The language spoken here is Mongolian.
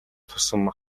тусам